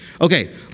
Okay